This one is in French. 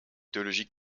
théologie